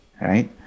right